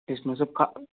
इसमें सबका